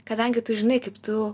kadangi tu žinai kaip tu